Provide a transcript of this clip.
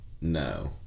No